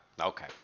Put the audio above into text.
Okay